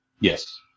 Yes